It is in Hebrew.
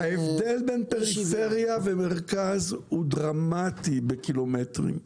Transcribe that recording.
ההבדל בין פריפריה למרכז הוא דרמטי בקילומטרים.